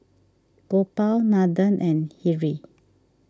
Gopal Nathan and Hri